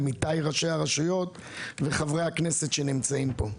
עמיתיי ראשי הרשויות וחברי הכנסת שנמצאים פה.